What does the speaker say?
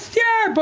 yeah. but